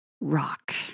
rock